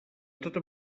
tota